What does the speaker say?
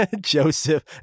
Joseph